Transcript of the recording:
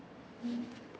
mm